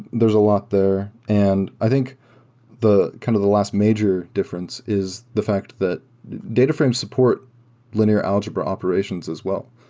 there's a lot there. and i think kind of the last major difference is the fact that data frame support linear algebra operations as well.